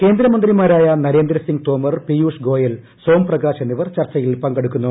കേന്ദ്രമന്ത്രിമാരായ നരേന്ദ്ര സിംഗ് തോമർ പീയൂഷ് ഗോയൽ സോം പ്രകാശ് എന്നിവർ ചർച്ചയിൽ പങ്കെടുക്കുന്നു